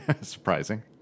surprising